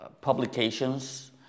publications